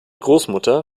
großmutter